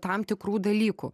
tam tikrų dalykų